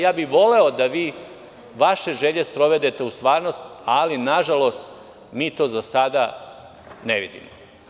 Ja bih voleo da vi vaše želje sprovedete u stvarnost, ali nažalost mi to za sada ne vidimo.